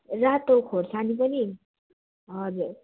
रातो खोर्सानी पनि हजुर